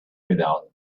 without